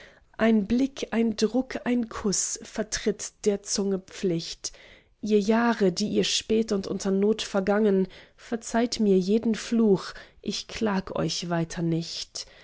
ein blick ein druck ein kuß vertritt der zunge pflicht ihr jahre die ihr spät und unter not vergangen verzeiht mir jeden fluch ich klag euch weiter nicht